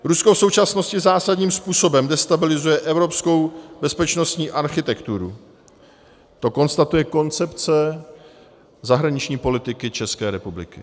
Rusko v současnosti zásadním způsobem destabilizuje evropskou bezpečnostní architekturu, to konstatuje koncepce zahraniční politiky České republiky.